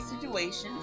situations